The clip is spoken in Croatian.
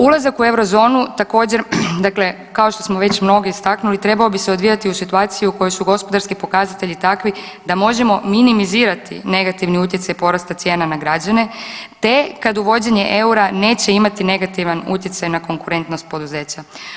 Ulazak u Eurozonu također, dakle kao što smo već mnogi istaknuli, trebao bi se odvijati u situaciji u kojoj su gospodarski pokazatelji takvi da možemo minimizirati negativni utjecaj porasta cijena na građane te kad uvođenje eura neće imati negativan utjecaj na konkurentnost poduzeća.